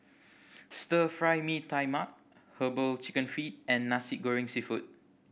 Stir Fry Mee Tai Mak Herbal Chicken Feet and Nasi Goreng Seafood